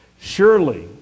Surely